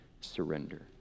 surrender